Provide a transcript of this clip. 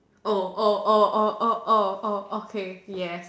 oh oh oh oh oh oh oh okay yes